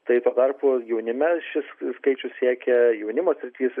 tai tuo tarpu jaunime šis skaičius siekia jaunimo srity